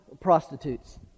prostitutes